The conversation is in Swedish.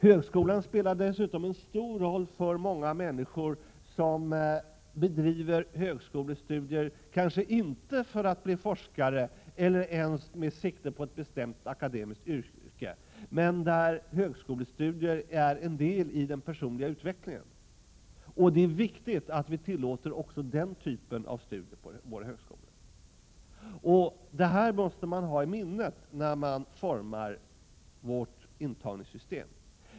Högskolan spelar dessutom en stor roll för många människor som kanske inte bedriver högskolestudier för att bli forskare eller ens siktar på ett bestämt akademiskt yrke utan studerar för att studierna ingår som en del i den personliga utvecklingen. Det är viktigt att vi tillåter också denna typ av studier på vår högskola. Detta måste man ha i minnet när man utformar vårt antagningssystem.